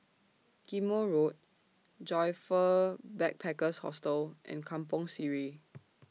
Ghim Moh Road Joyfor Backpackers' Hostel and Kampong Sireh